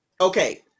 okay